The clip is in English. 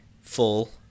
full